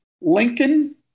Lincoln